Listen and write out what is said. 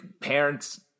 parents